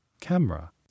camera